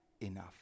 enough